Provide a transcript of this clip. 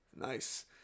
Nice